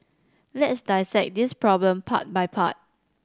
let's dissect this problem part by part